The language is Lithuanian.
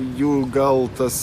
jų gal tas